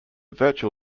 virtual